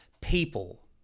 people